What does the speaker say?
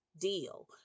deal